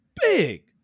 big